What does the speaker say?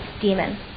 demon